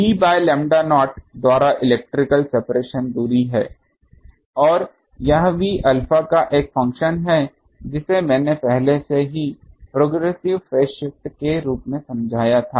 d by lambda naught द्वारा electrical separation दूरी है और यह भी अल्फा का एक फंक्शन है जिसे मैंने पहले ही प्रोग्रेसिव फेज शिफ्ट के रूप में समझाया था